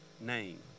name